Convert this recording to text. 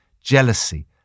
Jealousy